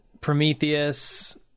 Prometheus